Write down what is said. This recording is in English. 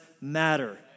matter